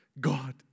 God